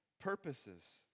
purposes